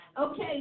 Okay